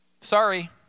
Sorry